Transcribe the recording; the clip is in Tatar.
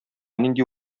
нинди